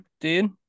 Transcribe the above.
dude